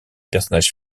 personnages